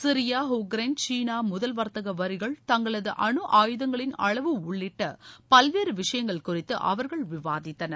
Syria Ukraine சீனா முதல் வாத்தக வரிகள் தங்களது அணு ஆயுதங்களின் அளவு உள்ளிட்ட பல்வேறு விஷயங்கள் குறித்து அவர்கள் விவாதித்தனர்